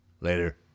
Later